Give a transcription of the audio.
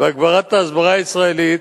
בהגברת ההסברה הישראלית,